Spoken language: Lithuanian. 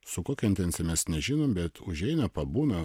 su kokia intencija mes nežinom bet užeina pabūna